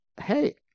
hey